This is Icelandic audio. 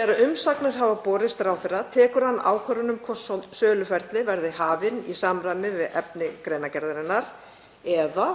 Er umsagnir hafa borist ráðherra tekur hann ákvörðun um hvort söluferli verði hafið í samræmi við efni greinargerðarinnar eða